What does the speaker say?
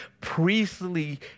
priestly